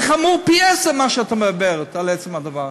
זה חמור פי-עשרה מה שאת אומרת על עצם הדבר.